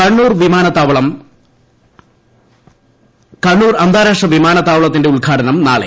കണ്ണൂർ വിമാനത്താവളം കണ്ണൂർ അന്താരാഷ്ട്ര വിമാനത്താവളത്തിന്റെ ഉദ്ഘാടനം നാളെ